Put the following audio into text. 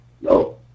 No